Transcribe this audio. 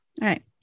right